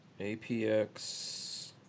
APX